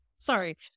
Sorry